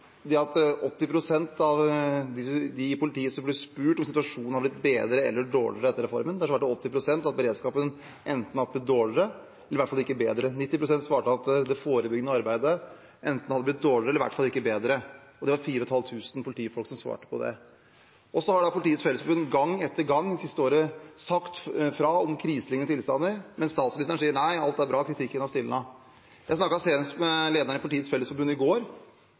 spurt om situasjonen har blitt bedre eller dårligere etter reformen, svarte 80 pst. at beredskapen enten har blitt dårligere eller i hvert fall ikke bedre. 90 pst. svarte at det forebyggende arbeidet enten hadde blitt dårligere eller i hvert fall ikke bedre. Det var 4 500 politifolk som svarte. Politiets Fellesforbund har gang etter gang det siste året sagt fra om kriseliknende tilstander, men statsministeren sier at alt er bra, og at kritikken har stilnet. Jeg snakket senest i går med lederen i Politiets Fellesforbund